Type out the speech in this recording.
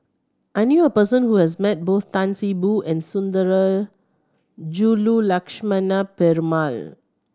I knew a person who has met both Tan See Boo and Sundarajulu Lakshmana Perumal